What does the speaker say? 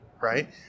Right